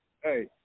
hey